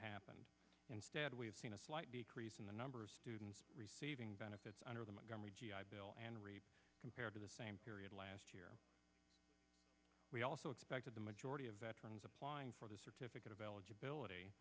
happened instead we have seen a slight decrease in the number of students receiving benefits under the montgomery g i bill and rate compared to the same period last year we also expected the majority of veterans applying for the certificate of eligibility